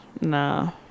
nah